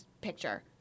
picture